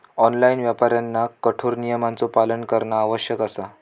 online व्यापाऱ्यांना कठोर नियमांचो पालन करणा आवश्यक असा